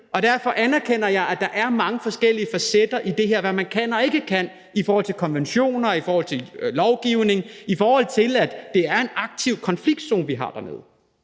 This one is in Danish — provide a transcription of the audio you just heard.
og derfor anerkender jeg, at der er mange forskellige facetter i det her, altså hvad man kan, og hvad man ikke kan i forhold til konventioner, i forhold til lovgivning, i forhold til at det er en aktiv konfliktzone, vi har dernede.